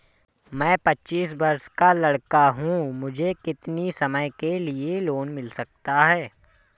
मैं पच्चीस वर्ष का लड़का हूँ मुझे कितनी समय के लिए लोन मिल सकता है?